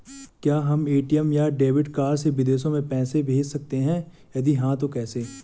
क्या हम ए.टी.एम या डेबिट कार्ड से विदेशों में पैसे भेज सकते हैं यदि हाँ तो कैसे?